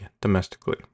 domestically